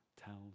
tells